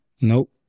Nope